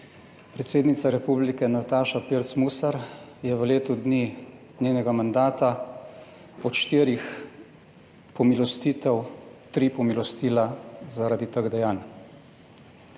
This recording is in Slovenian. Predsednica republike, Nataša Pirc Musar, je v letu dni njenega mandata od štirih pomilostitev, tri pomilostila zaradi teh dejanj.